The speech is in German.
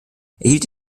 erhielt